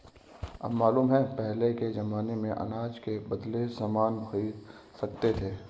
मालूम है पहले के जमाने में अनाज के बदले सामान खरीद सकते थे